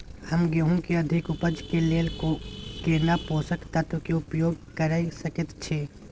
हम गेहूं के अधिक उपज के लेल केना पोषक तत्व के उपयोग करय सकेत छी?